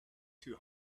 too